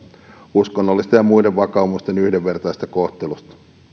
uskonnollisten ja muiden vakaumusten yhdenvertaisesta kohtelusta